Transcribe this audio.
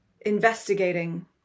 investigating